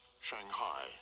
Shanghai